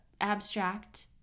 abstract